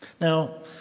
Now